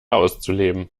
auszuleben